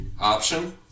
option